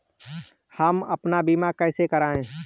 हम अपना बीमा कैसे कराए?